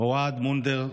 אוהד מונדר,